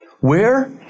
Where